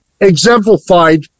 exemplified